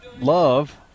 Love